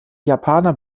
japaner